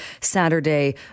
Saturday